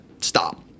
stop